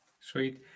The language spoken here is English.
sweet